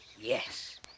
Yes